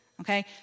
Okay